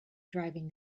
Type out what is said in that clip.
driving